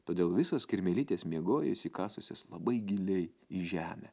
todėl visos kirmėlytės miegojo įsikasusios labai giliai į žemę